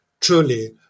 truly